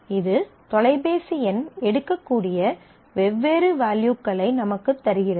இது தொலைபேசி எண் எடுக்கக்கூடிய வெவ்வேறு வேல்யூக்களை நமக்குத் தருகிறது